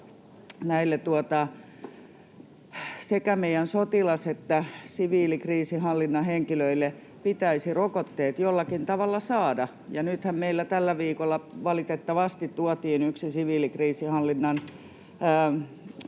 meidän sotilas- ja siviilikriisinhallinnan henkilöille pitäisi rokotteet jollakin tavalla saada. Nythän meille tällä viikolla valitettavasti tuotiin maailmalta yksi siviilikriisinhallinnan toimija,